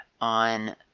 on